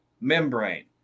membrane